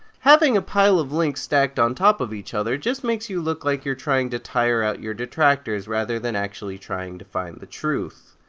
having a pile of links stacked on top of each other just makes you look like you're trying to tire out your detractors rather than actually trying to find the truth.